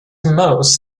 most